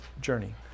journey